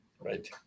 right